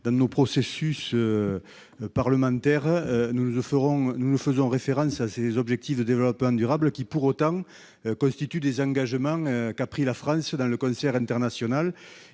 dans nos processus parlementaire, nous ne le ferons nous nous faisons référence à ses objectifs de développement durable, qui, pour autant, constituent des engagements qu'a pris la France dans le concert international